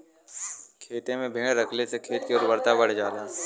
खेते में भेड़ रखले से खेत के उर्वरता बढ़ जाला